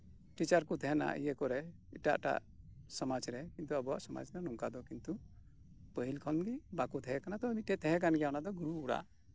teacher ᱠᱚ ᱛᱟᱦᱮᱸᱱᱟ ᱤᱭᱟᱹ ᱠᱚᱨᱮ ᱮᱴᱟᱜ ᱮᱴᱟᱜ ᱥᱚᱢᱟᱡᱽ ᱨᱮ ᱠᱤᱱᱛᱩ ᱟᱵᱚᱣᱟᱜ ᱥᱚᱢᱟᱡᱽ ᱫᱚ ᱱᱚᱝᱠᱟ ᱫᱚ ᱠᱤᱱᱛᱩ ᱯᱟᱹᱦᱤᱞ ᱠᱷᱚᱱᱜᱮ ᱵᱟᱠᱚ ᱛᱟᱦᱮᱸ ᱠᱟᱱᱟ ᱛᱚ ᱢᱤᱫᱴᱮᱱ ᱛᱟᱦᱮᱸ ᱠᱟᱱ ᱜᱮᱭᱟ ᱚᱱᱟᱫᱚ ᱜᱩᱨᱩ ᱚᱲᱟᱜ